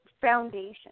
foundation